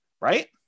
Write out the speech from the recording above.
right